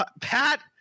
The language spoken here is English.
Pat